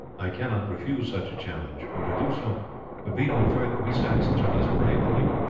i cannot refuse such a challenge, for to do so would be to infer that we saxons are less brave than you.